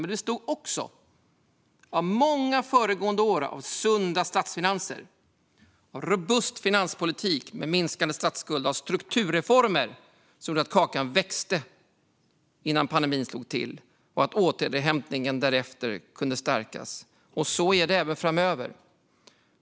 Men det bestod också av många föregående år av sunda statsfinanser, av robust finanspolitik med en minskande statsskuld, av strukturreformer som gjordes innan pandemin slog till och av att återhämtningen därefter kunde stärkas. Så är det även framöver.